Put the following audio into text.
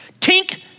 tink